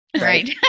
right